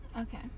Okay